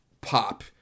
pop